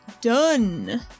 Done